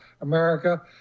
America